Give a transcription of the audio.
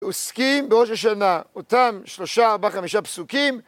עוסקים בראש השנה אותם שלושה, ארבעה, חמישה פסוקים.